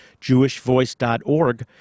jewishvoice.org